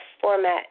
format